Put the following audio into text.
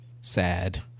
sad